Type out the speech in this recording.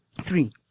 Three